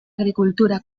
agricultura